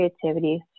creativity